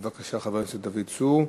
בבקשה, חבר הכנסת דוד צור.